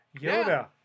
Yoda